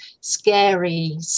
scary